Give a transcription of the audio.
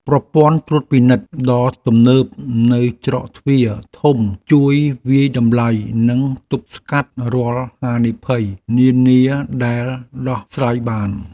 ប្រព័ន្ធត្រួតពិនិត្យដ៏ទំនើបនៅច្រកទ្វារធំជួយវាយតម្លៃនិងទប់ស្កាត់រាល់ហានិភ័យនានាដែលដោះស្រាយបាន។